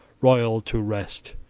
royal, to rest.